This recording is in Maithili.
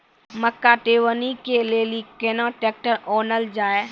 मक्का टेबनी के लेली केना ट्रैक्टर ओनल जाय?